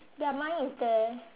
ya mine is there